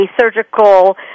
surgical